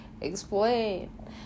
explain